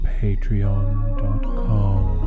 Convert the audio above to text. patreon.com